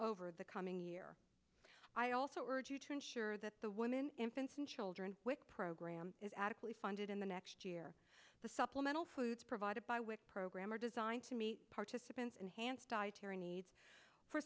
over the coming year i also urge you to ensure that the women infants and children with program is adequately funded in the next year the supplemental foods provided by wic program are designed to meet participants enhanced dietary needs for